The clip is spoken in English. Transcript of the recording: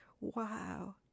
Wow